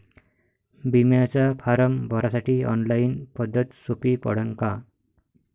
बिम्याचा फारम भरासाठी ऑनलाईन पद्धत सोपी पडन का?